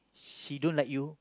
she don't like you